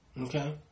Okay